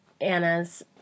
Anna's